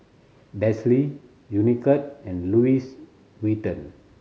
Delsey Unicurd and Louis Vuitton